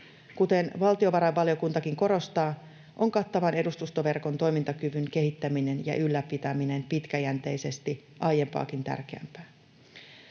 Kuten valtiovarainvaliokuntakin korostaa, on kattavan edustustoverkon toimintakyvyn kehittäminen ja ylläpitäminen pitkäjänteisesti aiempaakin tärkeämpää.